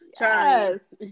Yes